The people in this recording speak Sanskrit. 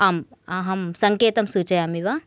आम् अहं सङ्केतं सूचयामि वा